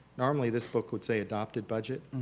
normally this book would say adopted budget.